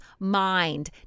Mind